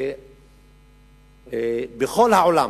בכל העולם,